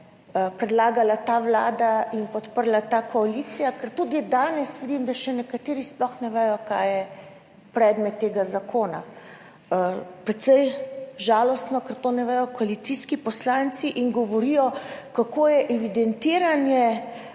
predlagala ta Vlada in podprla ta koalicija, ker tudi danes vidim, da še nekateri sploh ne vedo kaj je predmet tega zakona. Precej žalostno, ker to ne vedo koalicijski poslanci in govorijo, kako je evidentiranje